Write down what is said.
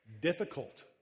difficult